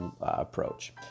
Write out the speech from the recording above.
approach